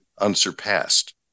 unsurpassed